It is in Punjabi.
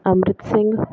ਅੰਮ੍ਰਿਤ ਸਿੰਘ